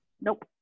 Nope